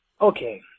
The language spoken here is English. Okay